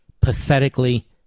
pathetically